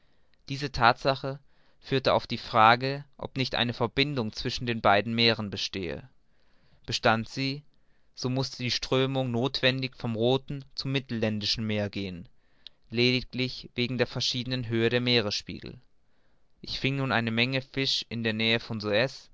diese thatsache führte auf die frage ob nicht eine verbindung zwischen beiden meeren bestehe bestand sie so mußte die strömung nothwendig vom rothen zum mittelländischen gehen lediglich wegen der verschiedenen höhe des meeresspiegels ich fing nun eine menge fische in der nähe von